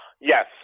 Yes